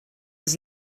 els